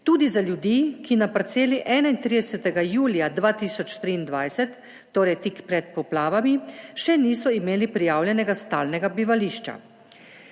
tudi za ljudi, ki na parceli 31. julija 2023, torej tik pred poplavami, še niso imeli prijavljenega stalnega bivališča.